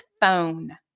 phone